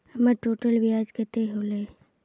हमर टोटल ब्याज कते होले?